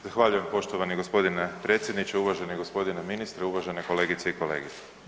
Zahvaljujem poštovani g. predsjedniče, uvaženi g. ministre, uvažene kolegice i kolege.